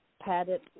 padded